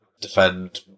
defend